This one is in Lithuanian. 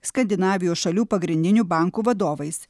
skandinavijos šalių pagrindinių bankų vadovais